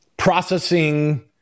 processing